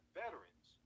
veterans